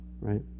right